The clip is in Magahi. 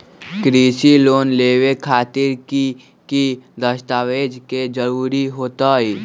कृषि लोन लेबे खातिर की की दस्तावेज के जरूरत होतई?